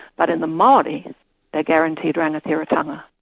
but in the maori they're guaranteed rangatiratanga.